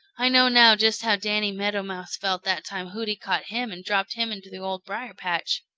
i know now just how danny meadow mouse felt that time hooty caught him and dropped him into the old briar-patch.